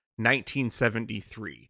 1973